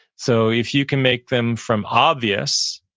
so if you can make them from obvious,